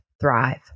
Thrive